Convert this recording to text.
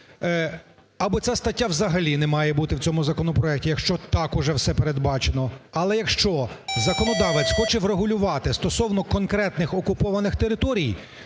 Або ця стаття взагалі немає бути в цьому законопроекті, якщо так вже все передбачено. Але, якщо законодавець хоче врегулювати стосовно конкретних окупованих територій,